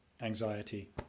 anxiety